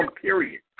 period